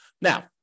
Now